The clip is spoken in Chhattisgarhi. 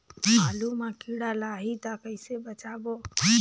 आलू मां कीड़ा लाही ता कइसे बचाबो?